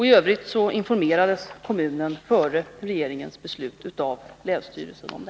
I övrigt informerade länsstyrelsen kommunen om regeringens beslut innan detta fattades.